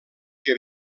que